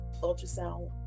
ultrasound